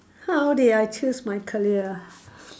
how did I choose my career ah